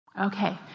Okay